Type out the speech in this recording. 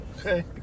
Okay